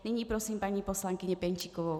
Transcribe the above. Nyní prosím paní poslankyni Pěnčíkovou.